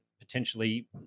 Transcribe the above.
potentially